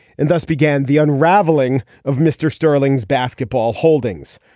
and thus began the unraveling of mr. sterling's basketball holdings.